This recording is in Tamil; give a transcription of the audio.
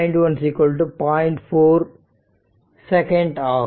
4 செகண்ட் ஆகும்